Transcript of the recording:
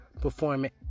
performing